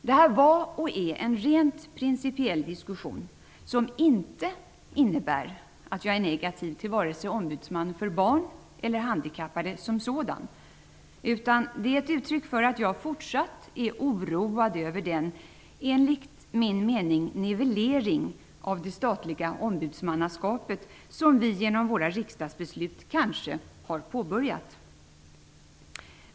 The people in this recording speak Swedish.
Detta var och är en rent principiell diskussion, som inte innebär att jag är negativ till vare sig en ombudsman för barn eller för handikappade som sådan, utan det är ett uttryck för att jag är fortsatt oroad över den, enligt min mening, nivellering av det statliga ombudsmannaskapet som vi genom våra riksdagsbeslut kanske har påbörjat.